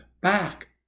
back